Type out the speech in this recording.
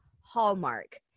Hallmark